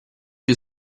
più